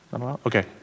Okay